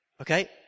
Okay